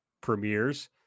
premieres